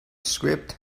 script